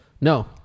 no